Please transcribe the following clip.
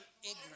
ignorant